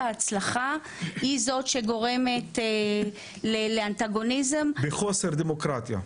ההצלחה היא זאת שגורמת לאנטגוניזם --- בחוסר דמוקרטיה.